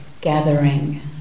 gathering